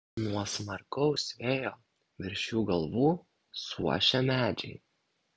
nuo smarkaus vėjo virš jų galvų suošia medžiai